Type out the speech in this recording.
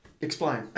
Explain